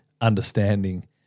understanding